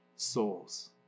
souls